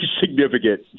significant